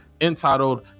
entitled